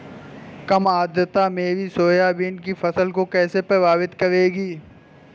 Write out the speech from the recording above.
कम आर्द्रता मेरी सोयाबीन की फसल को कैसे प्रभावित करेगी?